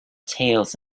tales